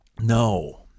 No